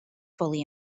fully